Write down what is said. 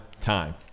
time